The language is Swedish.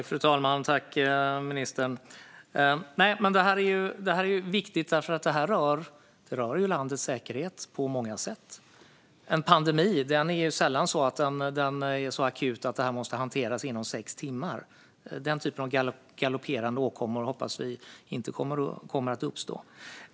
Fru talman! Detta är viktigt, för det rör landet säkerhet på många sätt. En pandemi är sällan så akut att den måste hanteras inom sex timmar; den typen av galopperande åkommor hoppas vi inte kommer att uppstå.